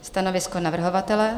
Stanovisko navrhovatele?